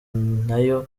nayo